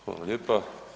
Hvala lijepa.